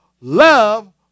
love